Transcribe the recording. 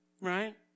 right